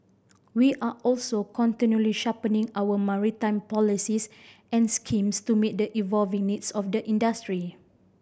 we are also continually sharpening our maritime policies and schemes to meet the evolving needs of the industry